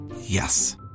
Yes